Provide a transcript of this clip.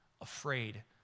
afraid